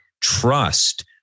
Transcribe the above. trust